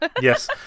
yes